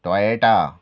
Toyota